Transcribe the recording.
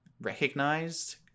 recognized